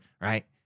right